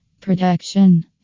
Protection